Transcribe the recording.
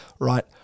right